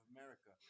America